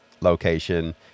location